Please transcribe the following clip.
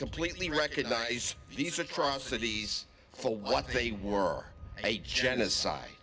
completely recognize these atrocities for what they were a genocide